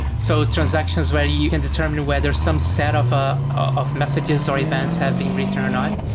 so transactions where you can determine whether some set of ah of messages or events have been written or not,